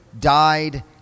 died